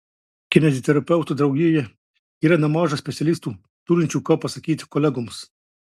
kineziterapeutų draugijoje yra nemaža specialistų turinčių ką pasakyti kolegoms